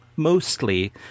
mostly